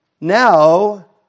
now